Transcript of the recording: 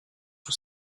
sur